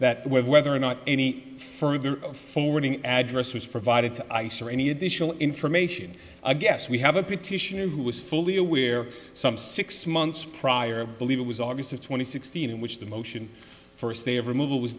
that whether or not any further forwarding address was provided to ice or any additional information i guess we have a petition who was fully aware some six months prior believe it was august of two thousand and sixteen in which the motion for